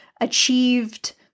achieved